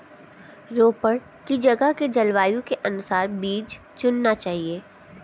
रोपड़ की जगह के जलवायु के अनुसार बीज चुनना चाहिए